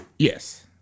Yes